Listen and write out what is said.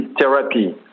therapy